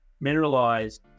mineralized